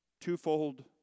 twofold